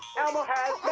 elmo has